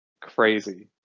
crazy